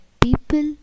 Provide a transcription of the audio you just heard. people